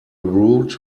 rude